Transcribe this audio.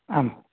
आम्